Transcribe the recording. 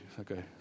Okay